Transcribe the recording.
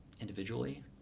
individually